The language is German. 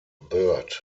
burt